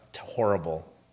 Horrible